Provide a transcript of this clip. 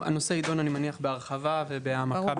הנושא יידון בהרחבה ובהעמקה,